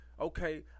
okay